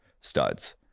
studs